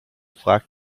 fragte